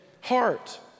heart